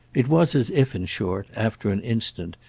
it was as if in short, after an instant,